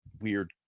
weird